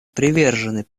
привержены